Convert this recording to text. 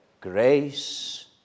grace